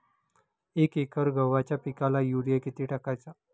एक एकर गव्हाच्या पिकाला युरिया किती टाकायचा?